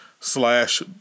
slash